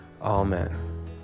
Amen